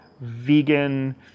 vegan